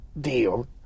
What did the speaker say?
deal